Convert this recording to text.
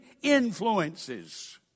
influences